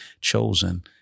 chosen